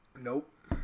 Nope